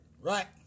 Right